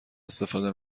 استفاده